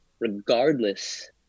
regardless